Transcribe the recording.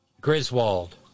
Griswold